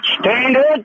Standard